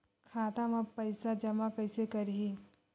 खाता म पईसा जमा कइसे करही?